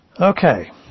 Okay